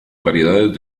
variedades